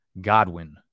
Godwin